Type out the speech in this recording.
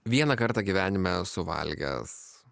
vieną kartą gyvenime esu valgęs